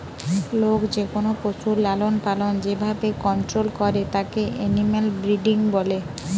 লোক যেকোনো পশুর লালনপালন যে ভাবে কন্টোল করে তাকে এনিম্যাল ব্রিডিং বলছে